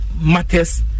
matters